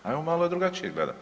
Ajmo malo drugačije gledat.